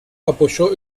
apoyó